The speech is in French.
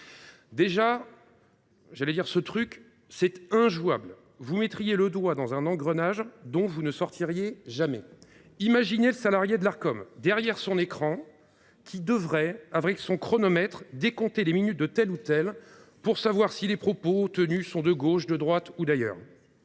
injouable : avec un tel texte, nous mettrions le doigt dans un engrenage dont nous ne sortirions jamais. Imaginez le salarié de l’Arcom, derrière son écran, qui devrait, avec son chronomètre, décompter les minutes de tel ou tel et déterminer si les propos tenus sont de gauche, de droite ou d’ailleurs…